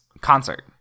concert